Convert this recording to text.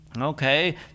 Okay